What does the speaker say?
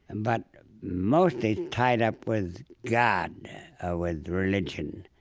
and but mostly tied up with god or with religion,